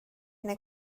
neu